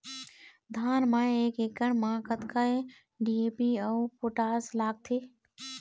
धान म एक एकड़ म कतका डी.ए.पी अऊ पोटास लगथे?